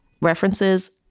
references